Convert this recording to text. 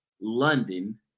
London